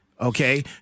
okay